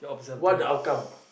what the outcome